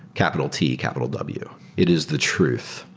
capital t, capital w. it is the truth.